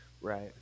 Right